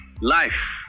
life